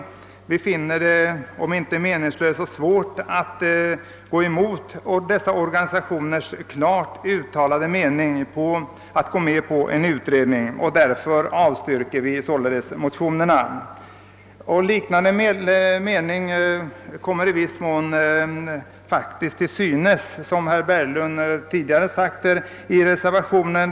Utskottet finner det om inte direkt meningslöst så i varje fall mycket svårt att gå emot dessa organisationers klart uttalade mening, och därför har utskottet avstyrkt motionerna. Som herr Berglund tidigare anförde kommer en i viss mån liknande mening till synes i reservationen.